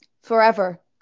forever